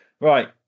right